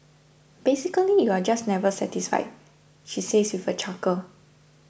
basically you're just never satisfied she says with a chuckle